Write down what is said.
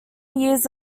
years